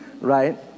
right